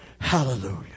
Hallelujah